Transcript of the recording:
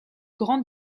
grand